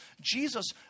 Jesus